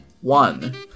One